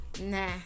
Nah